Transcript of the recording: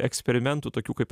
eksperimentų tokių kaip